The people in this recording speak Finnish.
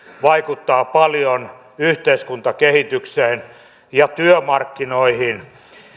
vaikuttaa paljon yhteiskuntakehitykseen ja työmarkkinoihin